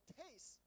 taste